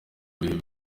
bihe